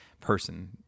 person